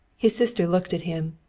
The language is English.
his sister looked at him,